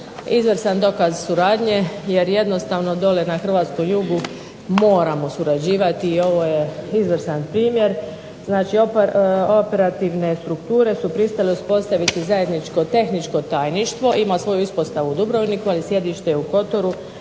izvrstan dokaz suradnje jer jednostavno dole na hrvatskom jugu moramo surađivati i ovo je izvrstan primjer. Znači, operativne strukture su pristale uspostaviti zajedničko tehničko tajništvo. Ima svoju ispostavu u Dubrovniku, ali sjedište je u Kotoru.